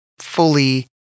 fully